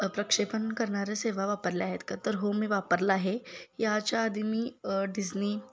प्रक्षेपण करणाऱ्या सेवा वापरल्या आहेत का तर हो मी वापरला आहे याच्या आधी मी डिझनी